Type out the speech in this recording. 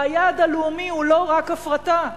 היעד הלאומי אינו רק הפרטה.